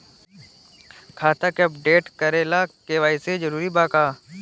खाता के अपडेट करे ला के.वाइ.सी जरूरी बा का?